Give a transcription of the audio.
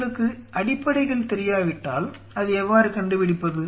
உங்களுக்கு அடிப்படைகள் தெரியாவிட்டால் அதை எவ்வாறு கண்டுபிடிப்பது